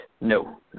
No